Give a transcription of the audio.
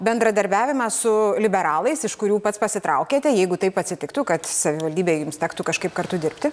bendradarbiavimą su liberalais iš kurių pats pasitraukiate jeigu taip atsitiktų kad savivaldybėje jums tektų kažkaip kartu dirbti